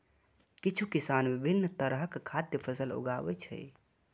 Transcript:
किछु किसान विभिन्न तरहक खाद्य फसल उगाबै छै